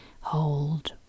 hold